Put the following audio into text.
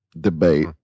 debate